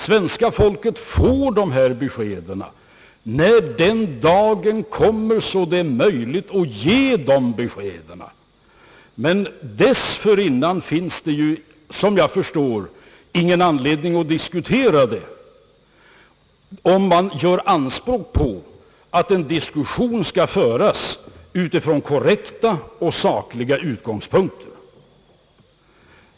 Svenska folket får besked när den dag kommer då det är möjligt att ge dessa besked. Men dessförinnan finns det, som jag förstår, ingen anledning att diskutera ämnet, om man gör anspråk på att en diskussion skall föras utifrån korrekta och sakliga utgångspunkter.